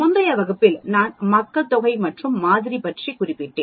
முந்தைய வகுப்பில் நான் மக்கள் தொகை மற்றும் மாதிரி பற்றி குறிப்பிட்டேன்